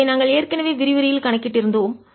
இதை நாங்கள் ஏற்கனவே விரிவுரையில் கணக்கிட்டிருந்தோம்